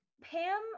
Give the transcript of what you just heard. Pam